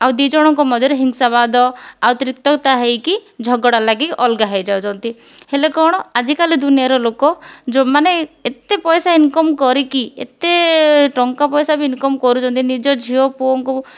ଆଉ ଦୁଇଜଣଙ୍କ ମଧ୍ୟରେ ହିଂସାବାଦ ଆଉ ତିକ୍ତତା ହୋଇକି ଝଗଡ଼ା ଲାଗି ଅଲଗା ହୋଇ ଯାଉଛନ୍ତି ହେଲେ କ'ଣ ଆଜିକାଲି ଦୁନିଆର ଲୋକ ଯେଉଁମାନେ ଏତେ ପଇସା ଇନକମ୍ କରିକି ଏତେ ଟଙ୍କା ପଇସା ବି ଇନକମ୍ କରୁଛନ୍ତି ନିଜ ଝିଅ ପୁଅଙ୍କୁ